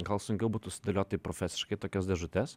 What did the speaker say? gal sunkiau būtų sudėliot taip profesiškai tokias dėžutes